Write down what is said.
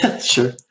Sure